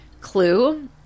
clue